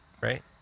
right